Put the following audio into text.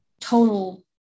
total